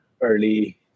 early